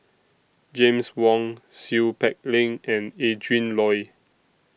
James Wong Seow Peck Leng and Adrin Loi